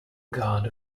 god